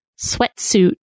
sweatsuit